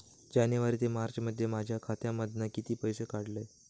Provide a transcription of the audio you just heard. जानेवारी ते मार्चमध्ये माझ्या खात्यामधना किती पैसे काढलय?